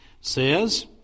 says